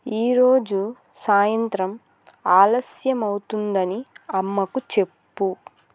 ఈరోజు సాయంత్రం ఆలస్యమౌతుందని అమ్మకు చెప్పు